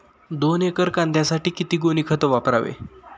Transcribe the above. दोन एकर कांद्यासाठी किती गोणी खत वापरावे?